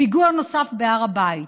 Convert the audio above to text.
פיגוע נוסף בהר הבית.